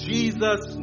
Jesus